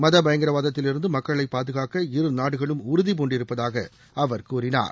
மத பயங்கரவாதத்தில் இருந்து மக்களை பாதுகாக்க இரு நாடுகளும் உறுதி பூண்டிருப்பதாக அவர் கூறினார்